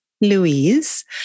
Louise